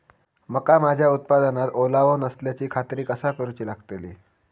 मका माझ्या उत्पादनात ओलावो नसल्याची खात्री कसा करुची लागतली?